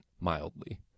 mildly